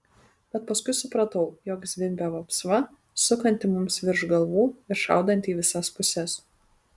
bet paskui supratau jog zvimbia vapsva sukanti mums virš galvų ir šaudanti į visas puses